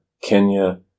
Kenya